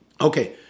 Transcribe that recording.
Okay